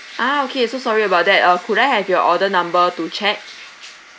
ah okay so sorry about that uh could I have your order number to check